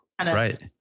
Right